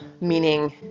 Meaning